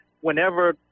whenever